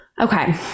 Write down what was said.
okay